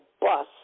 bus